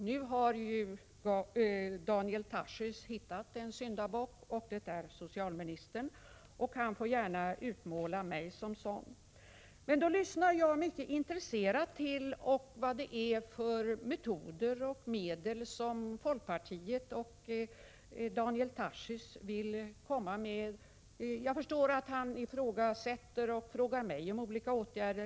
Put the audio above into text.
Nu har ju Daniel Tarschys hittat en syndabock: socialministern. Han får gärna utmåla mig som sådan, men då lyssnar jag mycket intresserat till vad det är för metoder och medel som folkpartiet och Daniel Tarschys vill komma med. Jag förstår att Daniel Tarschys ifrågasätter olika saker och frågar mig om olika åtgärder.